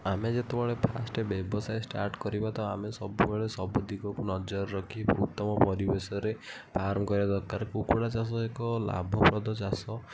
ଆମେ ଯେତେବଳେ ଫାଷ୍ଟ୍ ବ୍ୟବସାୟ ଷ୍ଟାର୍ଟ୍ କରିବ ତ ଆମେ ସବୁବେଳେ ସବୁ ଦିଗକୁ ନଜର ରଖି ଉତ୍ତମ ପରିବେଶରେ ଫାର୍ମ କରିବା ଦରକାର କୁକୁଡ଼ା ଚାଷ ଏକ ଲାଭପ୍ରଦ ଚାଷ